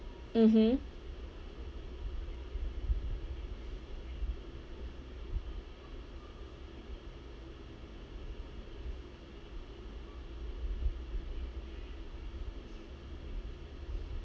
mmhmm